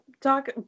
talk